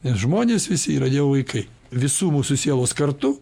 nes žmonės visi yra dievo vaikai visų mūsų sielos kartu